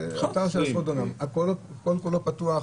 כל כולו פתוח,